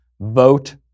vote